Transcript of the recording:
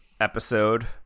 episode